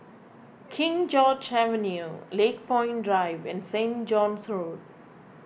King George's Avenue Lakepoint Drive and Saint John's Road